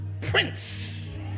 prince